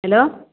hello